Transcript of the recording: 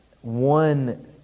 One